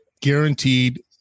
guaranteed